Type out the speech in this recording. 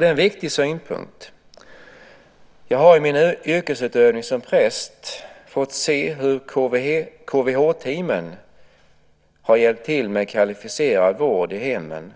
Det är en viktig synpunkt. Jag har i min yrkesutövning som präst fått se hur KVH-teamen har hjälpt till med kvalificerad vård i hemmen